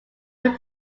will